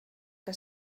que